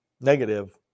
negative